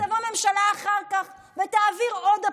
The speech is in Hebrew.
ותבוא ממשלה אחר כך ותעביר עוד פעם.